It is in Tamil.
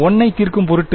1 ஐ தீர்க்கும் பொருட்டு